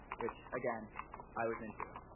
which again i was into.